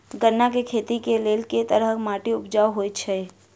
गन्ना केँ खेती केँ लेल केँ तरहक माटि उपजाउ होइ छै?